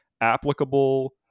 applicable